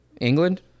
england